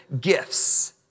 gifts